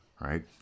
right